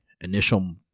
initial